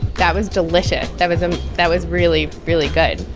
that was delicious. that was um that was really, really good.